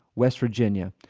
west virginia.